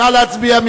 נא להצביע.